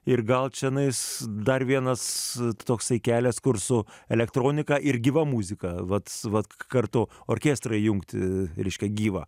ir gal čenais dar vienas toksai kelias kur su elektronika ir gyva muzika vat vat kartu orkestrą įjungti reiškia gyvą